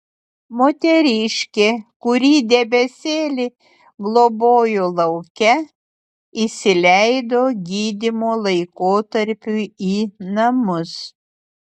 moteriškė kuri debesėlį globojo lauke įsileido gydymo laikotarpiui į namus